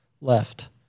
left